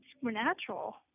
supernatural